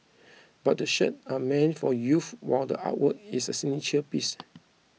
but the shirt are meant for youth while the artwork is a signature piece